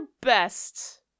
best